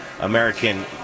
American